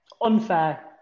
Unfair